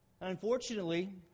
Unfortunately